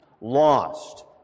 lost